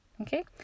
okay